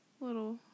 little